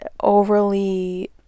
overly